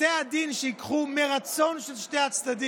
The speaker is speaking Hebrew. בתי הדין ייקחו מרצון של שני הצדדים.